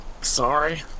Sorry